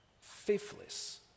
faithless